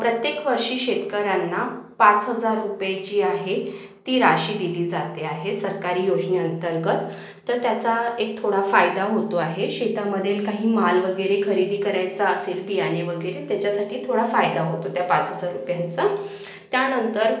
प्रत्येक वर्षी शेतकऱ्यांना पाच हजार रुपये जे आहे ती राशी दिली जाते आहे सरकारी योजनेअंतर्गत तर त्याचा एक थोडा फायदा होतो आहे शेतामधलं काही माल वगैरे खरेदी करायचा असेल बियाणे वगैरे त्याच्यासाठी थोडा फायदा होतो त्या पाच हजार रुपयांचा त्यानंतर